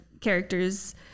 characters